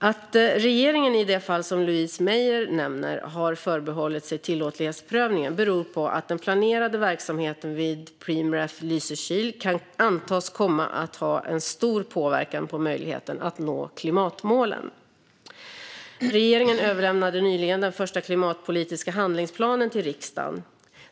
Att regeringen i det fall som Louise Meijer nämner har förbehållit sig tillåtlighetsprövningen beror på att den planerade verksamheten vid Preemraff Lysekil kan antas komma att ha en stor påverkan på möjligheten att nå klimatmålen. Regeringen överlämnade nyligen den första klimatpolitiska handlingsplanen till riksdagen.